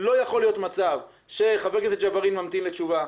לא יכול להיות מצב שחבר הכנסת ג'בארין ממתין לתשובה,